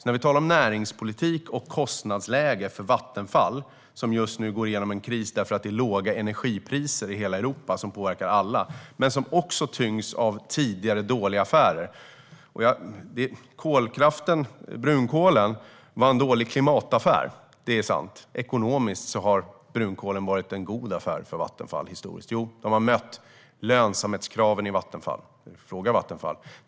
När vi talar om näringspolitik och kostnadsläge för Vattenfall går bolaget just nu igenom en kris därför att det är låga energipriser i hela Europa som påverkar alla, men det tyngs också av tidigare dåliga affärer. Brunkolen var en dålig klimataffär - det är sant - men ekonomiskt har den varit en god affär för Vattenfall historiskt sett. De har mött lönsamhetskraven i Vattenfall - fråga Vattenfall!